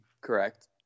Correct